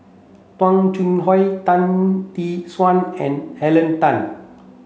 Tung Chye Hong Tan Tee Suan and Henn Tan